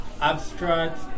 abstract